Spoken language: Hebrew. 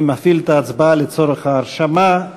אני מפעיל את ההצבעה לצורך ההרשמה.